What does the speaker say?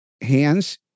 hands